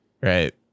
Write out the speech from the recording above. Right